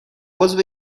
عضو